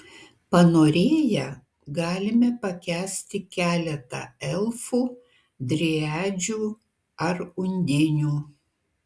panorėję galime pakęsti keletą elfų driadžių ar undinių